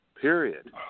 Period